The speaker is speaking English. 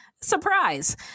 Surprise